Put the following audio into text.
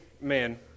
man